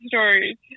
stories